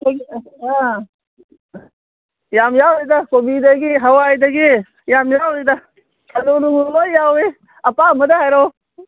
ꯑꯥ ꯌꯥꯝ ꯌꯥꯎꯔꯤꯗ ꯀꯣꯕꯤꯗꯒꯤ ꯍꯋꯥꯏꯗꯒꯤ ꯌꯥꯝ ꯌꯥꯎꯔꯤꯗ ꯑꯂꯨ ꯅꯨꯡꯂꯨ ꯂꯣꯏ ꯌꯥꯎꯏ ꯑꯄꯥꯝꯕꯗ ꯍꯥꯏꯔꯛꯑꯣ